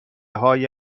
های